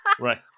Right